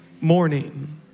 morning